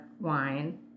wine